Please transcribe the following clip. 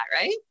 Right